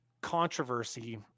controversy